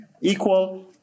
equal